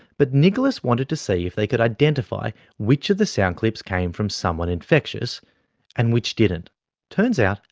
but nicholas wanted to see if they could identify which of the sound clips came from someone infectious and which didn't turns out,